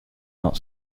not